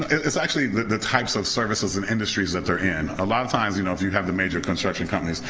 it's actually the types of services and industries that they're in. a lot of times you know if you have the major construction companies,